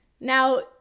Now